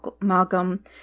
Malcolm